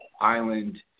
island